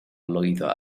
lwyddo